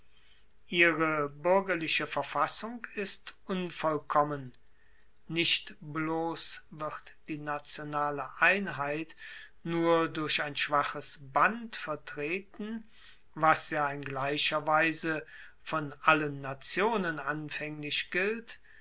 ihre buergerliche verfassung ist unvollkommen nicht bloss wird die nationale einheit nur durch ein schwaches band vertreten was ja in gleicher weise von allen nationen anfaenglich gilt